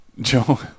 Joe